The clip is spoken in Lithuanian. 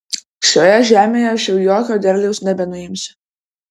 šioje žemėje aš jau jokio derliaus nebenuimsiu